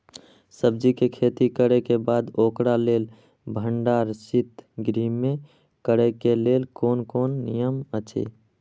सब्जीके खेती करे के बाद ओकरा लेल भण्डार शित गृह में करे के लेल कोन कोन नियम अछि?